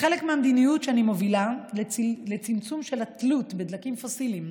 כחלק מהמדיניות שאני מובילה לצמצום של התלות בדלקים פוסיליים,